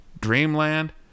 Dreamland